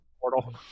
portal